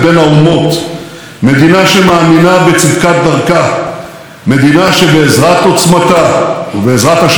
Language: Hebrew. מדינה שבעזרת עוצמתה ובעזרת השם תחיה בבטחה ובשלום לצד שכניה.